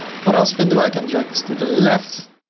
what else you can do? i can drag this to the left.